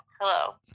Hello